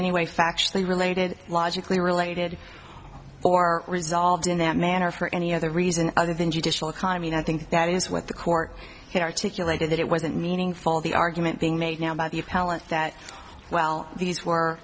any way factually related logically related or resolved in that manner for any other reason other than judicial economy and i think that is what the court has articulated that it wasn't meaningful the argument being made now by the appellant that well these were